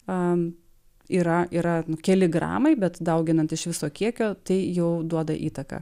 a yra yra keli gramai bet dauginant iš viso kiekio tai jau duoda įtaką